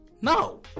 No